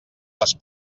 les